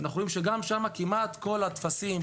ואנחנו רואים שגם שם כמעט כל הטפסים,